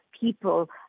people